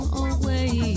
away